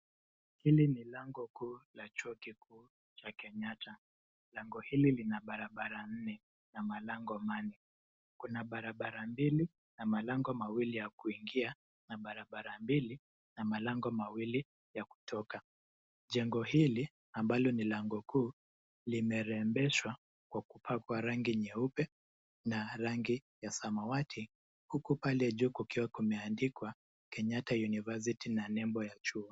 Hili ni lango kuu la chuo kikuu cha Kenyatta, Lango hili lina barabara nne na malango manne. Kuna barabara mbili na malango mawili ya kuingia, na barabara mbili na malango mawili ya kutoka. Jengo hili ambalo ni lango kuu limerembeshwa kwa kupakwa rangi nyeupe na rangi ya samawati huku pale juu kukiwa kumeandikwa Kenyatta University na nebo ya chuo.